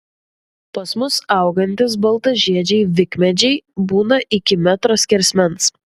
pas mus augantys baltažiedžiai vikmedžiai būna iki metro skersmens